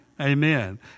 Amen